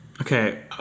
Okay